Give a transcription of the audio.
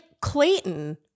Clayton